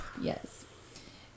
Yes